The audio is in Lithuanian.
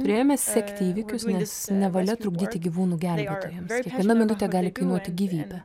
turėjome sekti įvykius nes nevalia trukdyti gyvūnų gelbėtojams viena minutė gali kainuoti gyvybę